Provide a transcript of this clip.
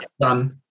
done